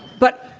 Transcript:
but